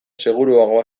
seguruagoa